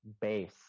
base